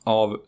av